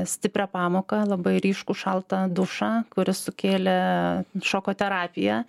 stiprią pamoką labai ryškų šaltą dušą kuris sukėlė šoko terapiją